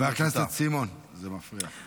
חבר הכנסת סימון, זה מפריע.